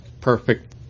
perfect